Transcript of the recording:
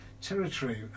territory